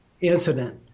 incident